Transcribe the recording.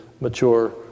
mature